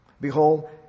Behold